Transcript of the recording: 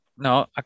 No